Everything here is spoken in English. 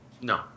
No